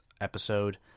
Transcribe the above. episode